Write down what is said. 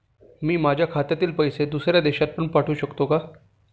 मी माझ्या खात्यातील पैसे दुसऱ्या देशात पण पाठवू शकतो का?